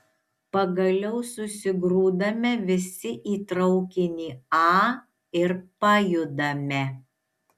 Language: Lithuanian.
pagaliau susigrūdame visi į traukinį a ir pajudame